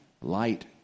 light